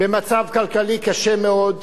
במצב כלכלי קשה מאוד.